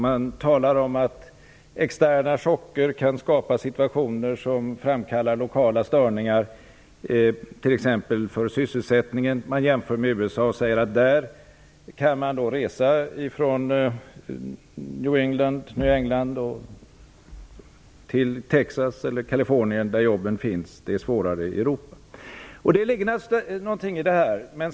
Man talar om att externa chocker kan skapa situationer som framkallar lokala störningar för t.ex. sysselsättningen. Man jämför med USA och säger att där kan man resa från New England till Texas eller Kalifornien där jobben finns. Det är svårare i Europa. Det ligger naturligtvis något i det.